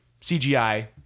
CGI